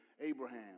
Abraham